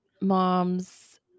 mom's